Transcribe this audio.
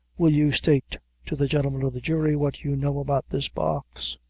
will you state to the gentlemen of the jury what you know about this box?